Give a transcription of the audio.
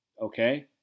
Okay